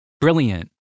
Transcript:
Brilliant